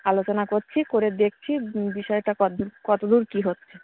আলোচনা করছি করে দেখছি বিষয়টা কদ্দুর কত দূর কী হচ্ছে